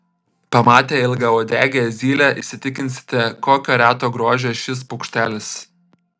pamatę ilgauodegę zylę įsitikinsite kokio reto grožio šis paukštelis